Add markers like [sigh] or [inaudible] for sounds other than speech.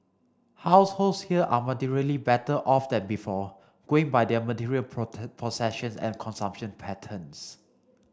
households here are materially better off than before going by their material [unintelligible] possession and consumption patterns